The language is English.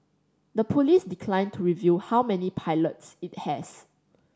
the police declined to reveal how many pilots it has